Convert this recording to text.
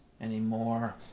anymore